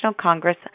Congress